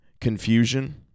confusion